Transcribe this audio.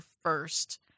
first